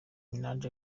minaj